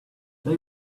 they